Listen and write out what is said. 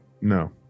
No